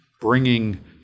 bringing